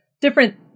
Different